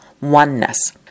oneness